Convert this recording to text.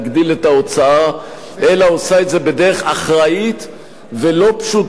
את ההוצאה אלא עושה את זה בדרך אחראית ולא פשוטה